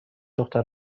دختر